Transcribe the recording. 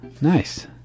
Nice